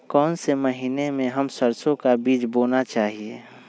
कौन से महीने में हम सरसो का बीज बोना चाहिए?